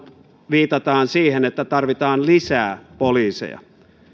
viitataan siihen että tarvitaan lisää poliiseja